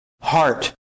heart